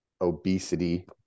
obesity